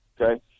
okay